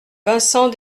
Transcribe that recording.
vincent